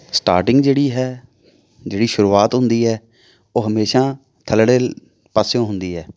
starting ਜਿਹੜੀ ਹੈ ਜਿਹੜੀ ਸ਼ੁਰੂਆਤ ਹੁੰਦੀ ਹੈ ਉਹ ਹਮੇਸ਼ਾ ਥੱਲੜੇ ਪਾਸਿਉਂ ਹੁੰਦੀ ਹੈ